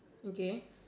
okay